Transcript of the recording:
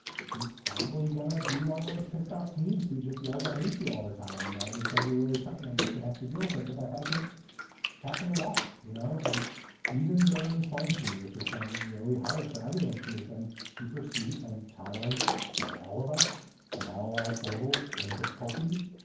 she's probably gonna be one of those pissed off teens who just yells, i hate you all the time. and that is gonna be really tough and i'm just gonna have to deal with it. but that hasn't happened at all, you know. and even during quarantine, which has been really hard for everyone, she has been super sweet and tolerant of all of us and all our foibles and difficulties.